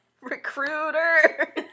Recruiter